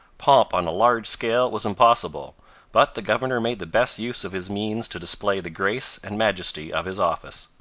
pomp on a large scale was impossible but the governor made the best use of his means to display the grace and majesty of his office.